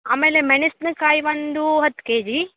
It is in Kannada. ಆಮೇಲೆ ಮೆಣಸಿನಕಾಯಿ ಒಂದು ಹತ್ತು ಕೆಜಿ